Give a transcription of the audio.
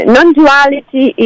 Non-duality